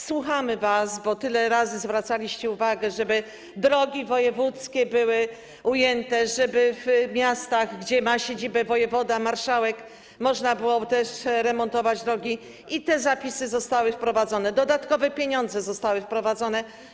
Słuchamy was, bo tyle razy zwracaliście uwagę, żeby drogi wojewódzkie były tu ujęte, żeby w miastach, gdzie ma siedzibę wojewoda, marszałek, też można było remontować drogi, i te zapisy zostały wprowadzone, dodatkowe pieniądze zostały wprowadzone.